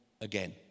again